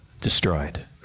destroyed